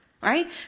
Right